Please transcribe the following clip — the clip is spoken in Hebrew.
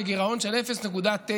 בגירעון של 0.9,